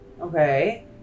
Okay